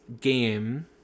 game